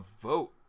vote